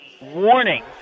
warning